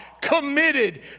committed